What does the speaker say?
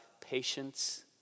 patience